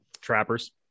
Trappers